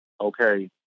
okay